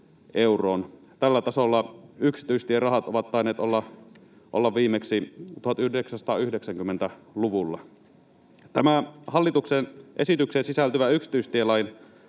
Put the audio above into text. Tällä tasolla yksityistierahat ovat tainneet olla viimeksi 1990-luvulla. Hallituksen esitykseen sisältyvä yksityistielain